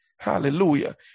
Hallelujah